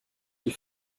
die